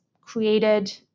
created